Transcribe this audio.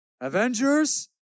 Avengers